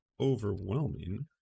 overwhelming